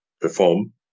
perform